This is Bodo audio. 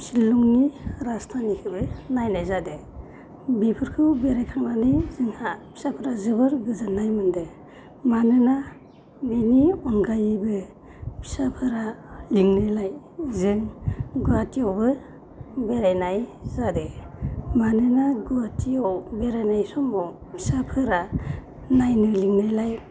सिलंनि राजथावनिखौबो नायनाय जादों बिफोरखौ बेरायखांनानै जोंहा फिसाफोरा जोबोर गोजोननाय मोनदों मानोना बिनि अनगायैबो फिसाफोरा लिंनायलाय जों गुवाहाटिआवबो बेरायनाय जादों मानोना गुवाहाटिआव बेरायनाय समाव फिसाफोरा नायनो लेंनायलाय